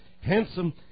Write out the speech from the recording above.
handsome